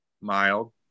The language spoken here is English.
mild